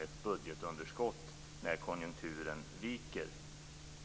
ett budgetunderskott när konjunkturen viker.